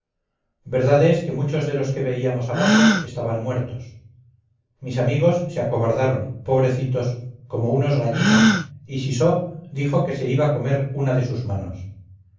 es que muchos de los que veíamos abajo estaban muertos mis amigos se acobardaron pobrecitos como unos gallinas y sisó dijo que se iba a comer una de sus manos